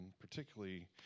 particularly